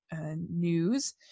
news